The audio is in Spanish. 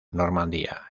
normandía